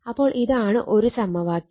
അപ്പോൾ ഇതാണ് ഒരു സമവാക്യം